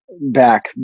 back